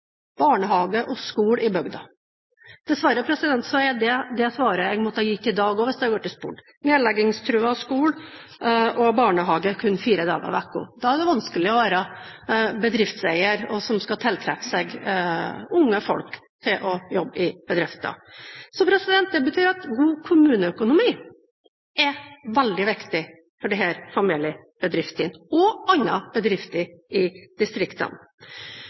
det svaret jeg måtte ha gitt i dag også, hvis jeg ble spurt. Med nedleggingstruet skole og barnehage kun fire dager i uken er det vanskelig å være bedriftseier som skal tiltrekke seg unge folk til å jobbe i bedriften. Så det betyr at god kommuneøkonomi er veldig viktig for disse familiebedriftene og andre bedrifter i distriktene.